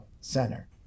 center